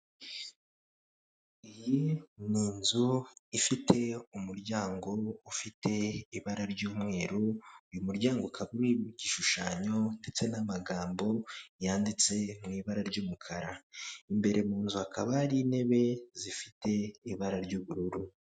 Iyi ni inzu ifite umuryango ufite ibara ry'umweru, uyu muryango ukaba uri mu gishushanyo ndetse n'amagambo yanditse mu ibara ry'umukara, imbere mu nzu hakaba hari intebe zifite ibara ry'ubururu.